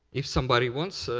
if somebody wants,